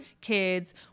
kids